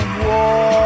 war